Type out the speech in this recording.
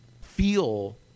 feel